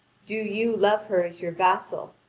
do you love her as your vassal,